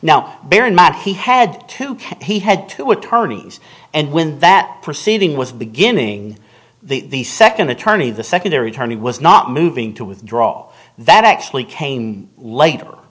now bear in mind he had to he had two attorneys and when that proceeding was beginning the second attorney the secondary attorney was not moving to withdraw that actually came later